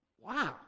Wow